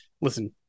listen